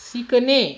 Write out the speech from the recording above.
शिकणे